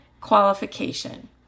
qualification